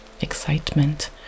Excitement